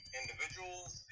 individuals